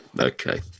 okay